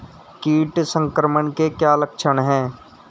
कीट संक्रमण के क्या क्या लक्षण हैं?